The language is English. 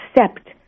accept